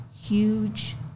huge